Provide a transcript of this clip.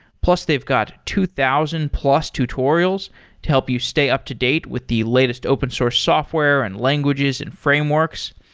plus they've got two thousand plus tutorials to help you stay up-to-date with the latest open source software and languages and frameworks.